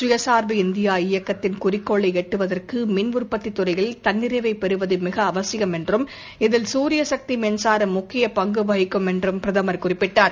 சுயசார்பு இந்தியா இயக்கத்தின் குறிக்கோளை எட்டுவதற்கு மின் உற்பத்தித் துறையில் தன்னிறைவை பெறுவது மிக அவசியம் என்றும் இதில் சூரிய சக்தி மின்சாரம் முக்கிய பங்கு வகிக்கும் என்றும் பிரதமர் குறிப்பிட்டார்